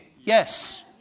Yes